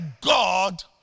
God